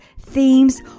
themes